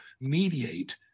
mediate